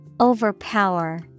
Overpower